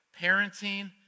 parenting